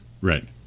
Right